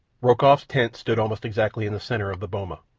rokoff's tent stood almost exactly in the centre of the boma.